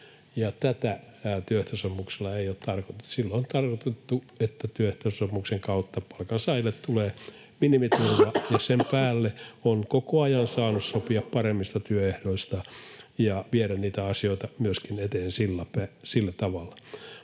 tätä työehtosopimuksella ei ole tarkoitettu. Sillä on tarkoitettu, että työehtosopimuksen kautta palkansaajille tulee minimiturva, ja sen päälle on koko ajan saanut sopia paremmista työehdoista ja viedä niitä asioita myöskin eteenpäin sillä tavalla.